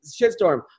shitstorm